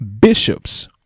bishops